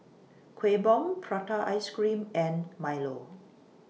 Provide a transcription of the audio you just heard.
Kueh Bom Prata Ice Cream and Milo